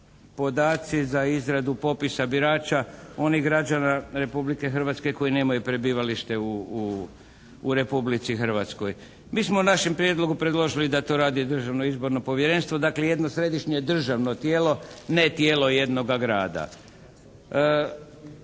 podaci za izradu popisa birača onih građana Republike Hrvatske koji nemaju prebivalište u Republici Hrvatskoj. Mi smo u našem prijedlogu predložili da to radi Državno izborno povjerenstvo dakle jedno središnje državno tijelo, ne tijelo jednoga grada.